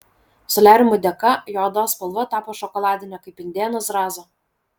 soliariumų dėka jo odos spalva tapo šokoladinė kaip indėno zrazo